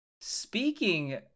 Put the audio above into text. Speaking